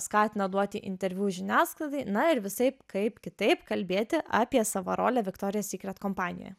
skatina duoti interviu žiniasklaidai na ir visaip kaip kitaip kalbėti apie savo rolę viktorija sykret kompanijoje